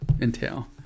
entail